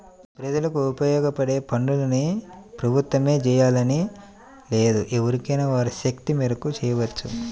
ప్రజలకు ఉపయోగపడే పనుల్ని ప్రభుత్వమే జెయ్యాలని లేదు ఎవరైనా వారి శక్తి మేరకు చెయ్యొచ్చు